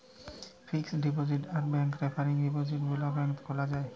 fixed deposit আর ব্যাংকে recurring ডিপোজিটে গুলা ব্যাংকে খোলা যায়